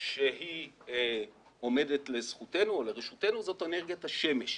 שהיא עומדת לזכותנו או לרשותנו וזאת אנרגיית השמש.